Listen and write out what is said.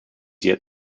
yet